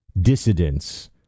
dissidents